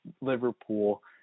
liverpool